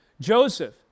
Joseph